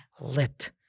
lit